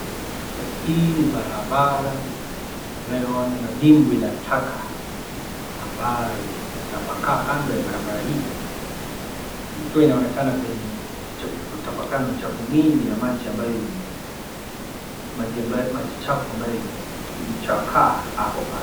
Hii ni barabara tunayoona na dimbwi la taka ambayo imetabakaa kando ya barabara hiyo ikiwa inaonekana kwenye kutabakaa na uchafu mingi na maji ambayo maji chafu ambayo imechakaa hapo pale.